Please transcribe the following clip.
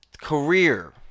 career